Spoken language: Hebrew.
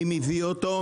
מי מביא אותו,